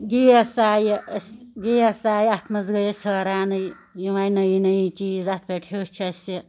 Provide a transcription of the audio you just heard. gas آیہِ گیس آیہِ اتھ مَنٛز گٔے أسۍ حٲرانٕے یم آیہِ نٔیی نٔیی چیٖز اَتھ پٮ۪ٹھ ہیوٚچھ اَسہِ